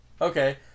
okay